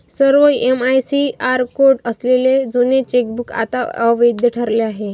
सर्व MICR code असलेले जुने चेकबुक आता अवैध ठरले आहे